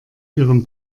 ihren